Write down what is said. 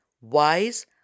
WISE